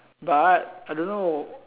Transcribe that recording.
but I I don't know